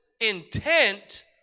intent